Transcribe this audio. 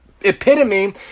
epitome